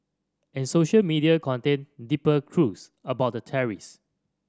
and social media contained deeper clues about the terrorist